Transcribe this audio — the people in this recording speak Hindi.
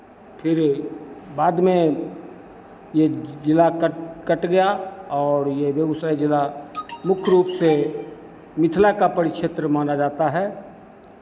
फिर बाद में ये जिला कट कट गया और ये बेगूसराय जिला मुख्य रूप से मिथिला का परिक्षेत्र माना जाता है